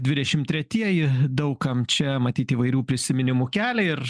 dvidešim tretieji daug kam čia matyt įvairių prisiminimų kelia ir